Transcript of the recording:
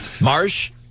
Marsh